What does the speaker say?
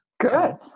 Good